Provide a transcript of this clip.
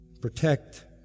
protect